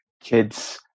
kids